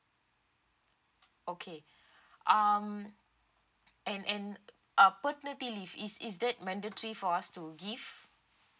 okay um and and uh paternity leave is is that mandatory for us to give